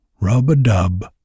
Rub-a-dub